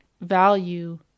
value